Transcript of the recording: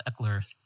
Eckler